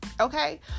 Okay